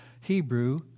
Hebrew